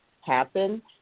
happen